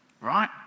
Right